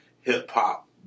hip-hop